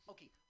Okay